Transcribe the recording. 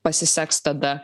pasiseks tada